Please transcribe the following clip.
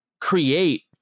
create